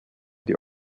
die